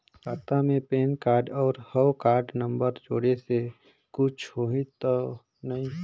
खाता मे PAN card और हव कारड नंबर जोड़े से कुछ होही तो नइ?